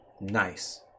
nice